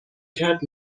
کرد